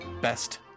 Best